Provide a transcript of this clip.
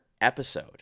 episode